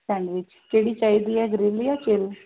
sandwich ਕਿਹੜੀ ਚਾਹੀਦੀ ਹੈ ਗਰਿੱਲ ਜਾਂ ਚਿਲ